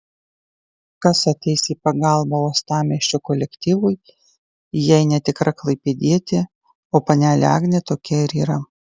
kas ateis į pagalbą uostamiesčio kolektyvui jei ne tikra klaipėdietė o panelė agnė tokia ir yra